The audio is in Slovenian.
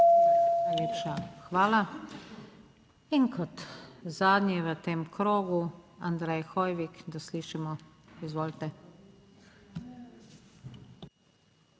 Najlepša hvala. In kot zadnji v tem krogu, Andrej Hoivik. Da slišimo. Izvolite.